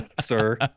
sir